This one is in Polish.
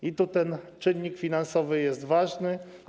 I tu ten czynnik finansowy jest ważny.